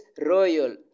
royal